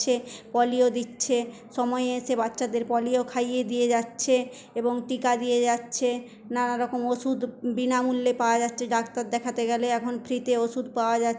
polio দিচ্ছে সময়ে এসে বাচ্চাদের পোলিও খাইয়ে দিয়ে যাচ্ছে এবং টীকা দিয়ে যাচ্ছে নানারকম ওষুধ বিনামূল্যে পাওয়া যাচ্ছে ডাক্তার দেখাতে গেলে এখন ফ্রীতে ওষুধ পাওয়া যাচ্ছে